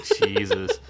Jesus